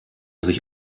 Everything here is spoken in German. sich